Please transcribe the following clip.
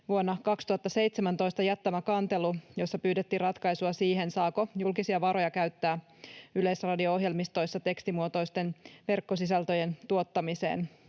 vuonna 2017 jättämä kantelu, jossa pyydettiin ratkaisua siihen, saako julkisia varoja käyttää yleisradio-ohjelmistoissa tekstimuotoisten verkkosisältöjen tuottamiseen,